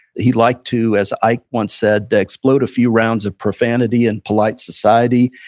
he'd liked to, as ike once said, to explode a few rounds of profanity in polite society.